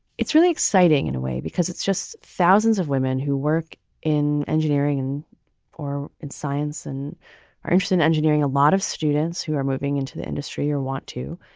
it's really exciting in a way, because it's just thousands of women who work in engineering or in science and are interested in engineering, a lot of students who are moving into the industry or want to.